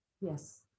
Yes